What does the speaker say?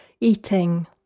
eating